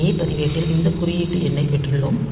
ஏ பதிவேட்டில் இந்த குறியீட்டு எண்ணைப் பெற்றுள்ளோம்